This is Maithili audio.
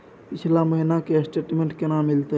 पिछला महीना के स्टेटमेंट केना मिलते?